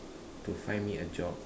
to find me a job